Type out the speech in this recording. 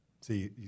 See